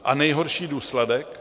A nejhorší důsledek?